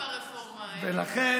אבל מה אומרים ברפורמה, ולכן,